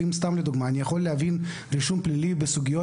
לדוגמה: אני יכול להבין רישום פלילי בסוגיות